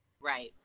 Right